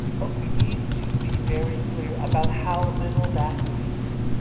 but we need to be very clear about how little that means.